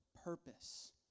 purpose